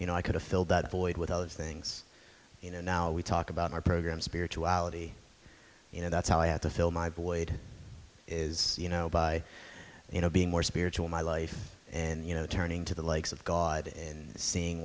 you know i could have filled that void with all those things you know now we talk about our program spirituality you know that's how i have to fill my void is you know by you know being more spiritual my life and you know turning to the likes of god and seeing